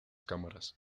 cámaras